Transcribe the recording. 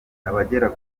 abagera